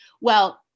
Well-